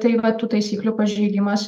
tai va tų taisyklių pažeidimas